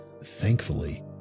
thankfully